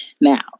now